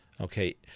okay